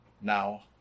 now